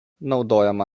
naudojama